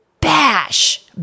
bash